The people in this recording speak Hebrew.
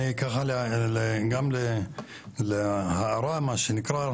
אני ככה גם להערה מה שנקרא,